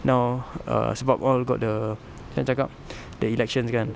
now err sebab all got the macam mana nak cakap the elections kan